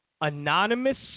anonymous